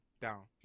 down